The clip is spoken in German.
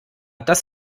das